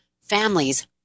families